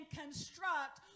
construct